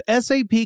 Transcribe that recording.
SAP